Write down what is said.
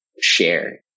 share